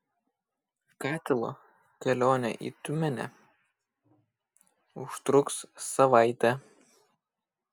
katilo kelionė į tiumenę užtruks savaitę